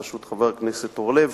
בראשות חבר הכנסת אורלב,